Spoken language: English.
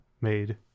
made